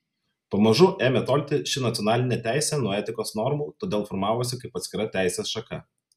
pamažu ėmė tolti ši nacionalinė teisė nuo etikos normų todėl formavosi kaip atskira teisės šaka